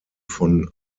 von